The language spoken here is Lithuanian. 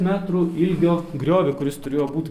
metrų ilgio griovį kuris turėjo būt